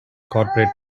corporate